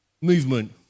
Movement